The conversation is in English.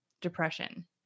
depression